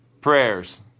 prayers